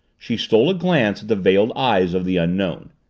she stole a glance at the veiled eyes of the unknown.